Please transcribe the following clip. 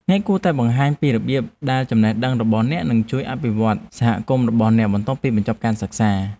អ្នកគួរតែបង្ហាញពីរបៀបដែលចំណេះដឹងរបស់អ្នកនឹងជួយអភិវឌ្ឍសហគមន៍របស់អ្នកបន្ទាប់ពីបញ្ចប់ការសិក្សា។